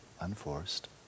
unforced